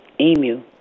emu